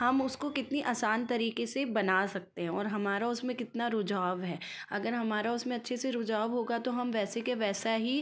हम उसको कितनी आसान तरीके से बना सकते हैं और हमारा उसमें कितना रुझान है अगर हमारा उसमें अच्छे से रुझान है होगा तो हम वैसे के वैसा ही